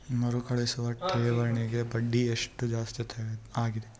ಮರುಕಳಿಸುವ ಠೇವಣಿಗೆ ಬಡ್ಡಿ ಎಷ್ಟ ಜಾಸ್ತಿ ಆಗೆದ?